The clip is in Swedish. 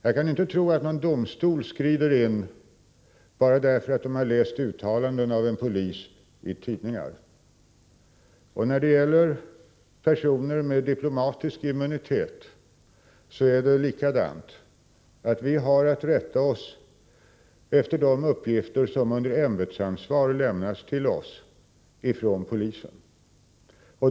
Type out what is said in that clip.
Jag kan inte tro att någon domstol träder in bara för att man har läst uttalanden av en polis i tidningar. När det gäller personer med diplomatisk immunitet är det likadant. Vi har att rätta oss efter de uppgifter som under ämbetsansvar lämnas till oss från polisen.